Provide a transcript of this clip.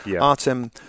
Artem